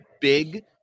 big